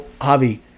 Javi